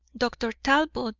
dr. talbot,